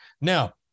Now